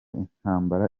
intambara